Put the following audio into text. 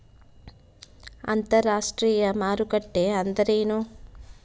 ಅಂತರಾಷ್ಟ್ರೇಯ ಮಾರುಕಟ್ಟೆ ಎಂದರೇನು?